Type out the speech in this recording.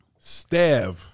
Stev